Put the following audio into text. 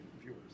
viewers